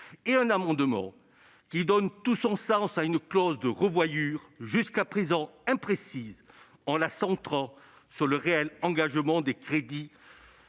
et un amendement qui vise à donner tout son sens à une clause de revoyure jusqu'à présent imprécise, en la centrant sur le réel engagement des crédits